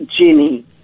Ginny